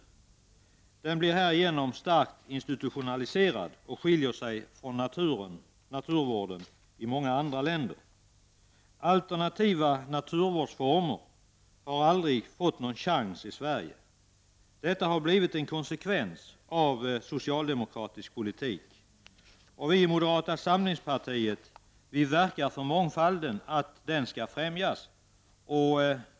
Naturvården blir härigenom starkt institutionaliserad och skiljer sig från naturvården i många andra länder. Alternativa naturvårdsformer har aldrig fått någon chans i Sverige. Det har blivit en konsekvens av socialdemokratisk politik. Vi i moderata samlingspartiet vill verka för ett främjande av mångfalden.